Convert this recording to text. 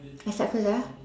I start first ah